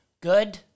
good